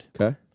Okay